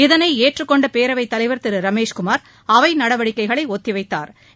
இதனை ஏற்றுக கொண்ட பேரவைத் தலைவர் திரு ரமேஷ் குமார் அவை நடவடிக்கைகளை ஒத்தி வைத்தாாா்